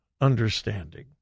understanding